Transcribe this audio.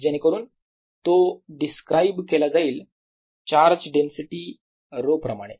जेणेकरून तो डिस्क्राइब केला जाईल चार्ज डेन्सिटी ρ प्रमाणे